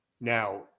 Now